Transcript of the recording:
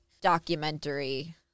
documentary